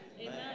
Amen